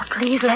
Please